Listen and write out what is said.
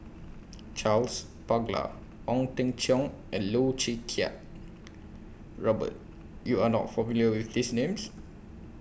Charles Paglar Ong Teng Cheong and Loh Choo Kiat Robert YOU Are not familiar with These Names